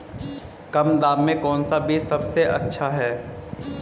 कम दाम में कौन सा बीज सबसे अच्छा है?